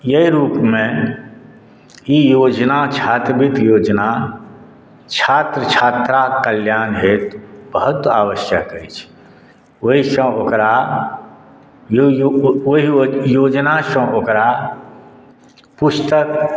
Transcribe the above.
अछि रूपमे ई योजना छात्रवृत्ति योजना छात्र छात्राक कल्याण हेतु बहुत आवश्यक अछि ओहिसँ ओकरा ओहि योजनासँ ओकरा पुस्तक